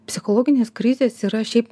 psichologinės krizės yra šiaip